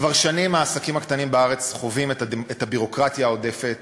כבר שנים העסקים הקטנים בארץ חווים את הביורוקרטיה העודפת